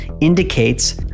indicates